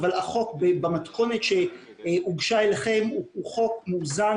אבל החוק במתכונת שהוגשה אליכם הוא חוק מאוזן,